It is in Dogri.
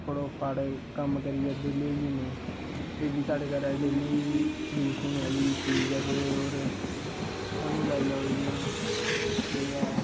फटोफट कम्म करियै बेह्ले होई जन्ने एह् बी साढ़े घरा च डेली यूज होने आह्ली चीज ऐ ते होर सानूं लाई लैओ इ'यां एह् ऐ